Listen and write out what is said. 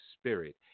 spirit